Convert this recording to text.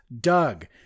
Doug